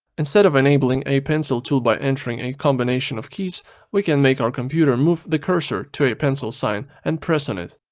instead of enabling a pencil tool by entering a combination of keys we can make our computer move the cursor to a a pencil sign and press on it.